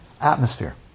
atmosphere